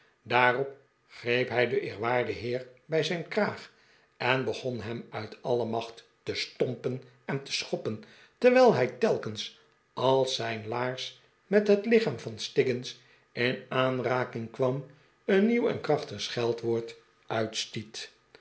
daarop greep hij den eerwaarden heer bij zijn kraag en begon hem uit alle macht te stompen en te schoppen terwijl hij telkens als zijn laars met het lichaam van stiggins in aanraking kwam een nieuw en krachtig scheldwoord uitstiet